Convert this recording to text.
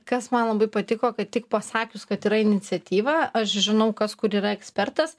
kas man labai patiko kad tik pasakius kad yra iniciatyva aš žinau kas kur yra ekspertas